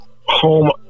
home